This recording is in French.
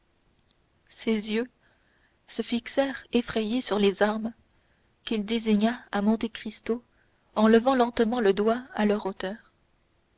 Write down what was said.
ses yeux se fixèrent effrayés sur les armes qu'il désigna à monte cristo en levant lentement le doigt à leur hauteur